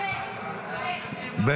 ג'.